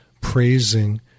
praising